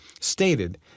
stated